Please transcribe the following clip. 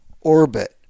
orbit